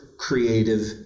creative